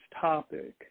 topic